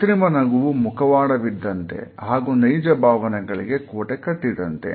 ಕೃತ್ರಿಮ ನಗುವು ಮುಖವಾಡ ವಿದ್ದಂತೆ ಹಾಗೂ ನೈಜ ಭಾವನೆಗಳಿಗೆ ಕೋಟೆ ಕಟ್ಟಿದಂತೆ